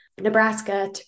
Nebraska